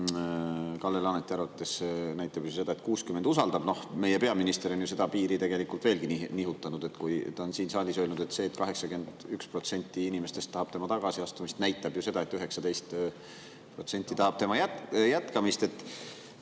Kalle Laaneti arvates näitab see seda, et 60% usaldab. Meie peaminister on seda piiri tegelikult veelgi nihutanud. Ta on siin saalis öelnud, et see, et 81% inimestest tahab tema tagasiastumist, näitab ju seda, et 19% tahab tema jätkamist.